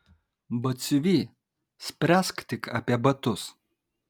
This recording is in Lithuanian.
batsiuvy spręsk tik apie batus